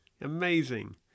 Amazing